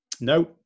No